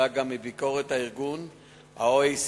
עלה גם מביקורת ה-OECD,